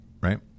right